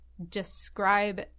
describe